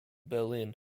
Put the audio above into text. berlin